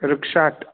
वृक्षात्